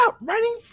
writing